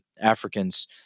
Africans